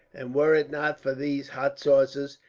and were it not for these hot sauces,